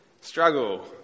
struggle